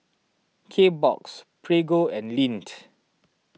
Kbox Prego and Lindt